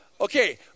Okay